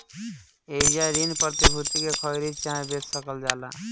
एइजा ऋण प्रतिभूति के खरीद चाहे बेच सकल जाला